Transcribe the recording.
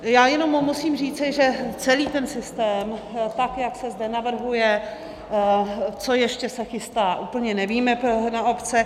Já jenom musím říci, že celý ten systém, tak jak to zde navrhuje, co ještě se chystá, úplně nevíme, na obce.